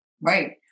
Right